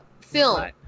Film